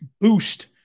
boost